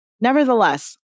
Nevertheless